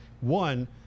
One